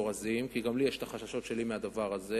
למזורזין כי גם לי יש החששות שלי מהדבר הזה,